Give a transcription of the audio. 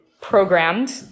programmed